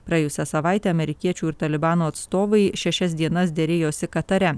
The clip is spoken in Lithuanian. praėjusią savaitę amerikiečių ir talibano atstovai šešias dienas derėjosi katare